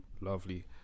Lovely